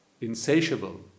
insatiable